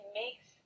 makes